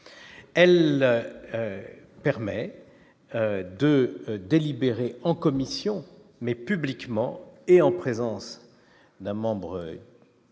elle permet de délibérer en commission mais publiquement et en présence d'un membre